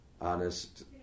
honest